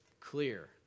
clear